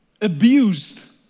abused